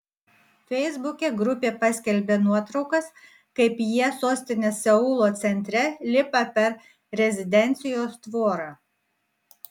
feisbuke grupė paskelbė nuotraukas kaip jie sostinės seulo centre lipa per rezidencijos tvorą